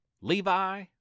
Levi